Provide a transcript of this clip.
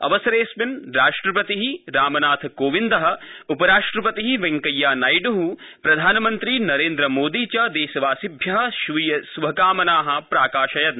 अवसरेऽस्मिन् राष्ट्रपति रामनाथकोविन्दः उपराष्ट्रपति वैंकेया नायड् प्रधानमन्त्री नरेन्द्रमोदी च देशवासिभ्य स्वीयश्भकामना स्प्राकाशयन्